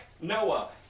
Noah